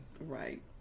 Right